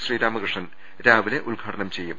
ശ്രീ രാമകൃഷ്ണൻ രാവിലെ ഉദ്ഘാടനം ചെയ്യും